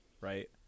right